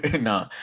no